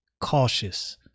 cautious